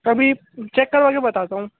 अभी चेक करवाकर बताता हूँ